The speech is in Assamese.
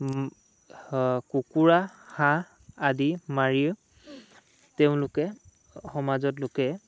কুকুৰা হাঁহ আদি মাৰি তেওঁলোকে সমাজত লোকে